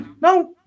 No